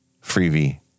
Freebie